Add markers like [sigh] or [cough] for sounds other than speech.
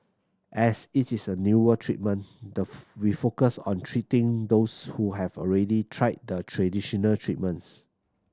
as it is a newer treatment the [unintelligible] we focus on treating those who have already tried the traditional treatments